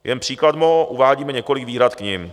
Jen příkladmo, uvádíme několik výhrad k nim.